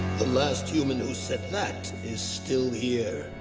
the last human who said that is still here.